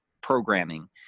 programming